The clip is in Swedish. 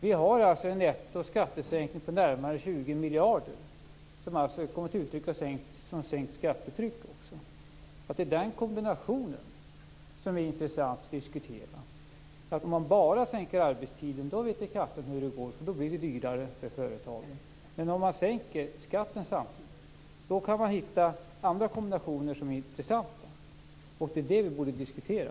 Vi har alltså netto en skattesänkning på närmare 20 miljarder. Det kommer också till uttryck som sänkt skattetryck. Det är den kombinationen som är intressant att diskutera. Om man bara sänker arbetstiden vete katten hur det går. Då blir det dyrare för företagen. Men om man sänker skatten samtidigt kan man hitta andra kombinationer som är intressanta. Det är det vi borde diskutera.